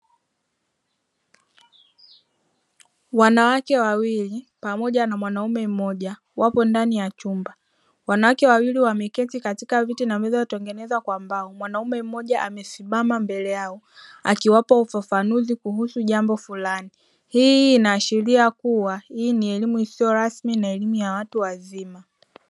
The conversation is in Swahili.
Wanawake wawili pamoja na mwanaume mmoja wapo ndani ya chumba. Wanawake wawili wameketi katika viti na meza zilizotengenezwa kwa mbao. Mwanaume mmoja amesimama mbele yao akiwapa ufafanuzi kuhusu jambo fulani. Hii inaashiria kuwa hii ni elimu isiyo rasmi na elimu ya watu wazima.